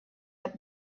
had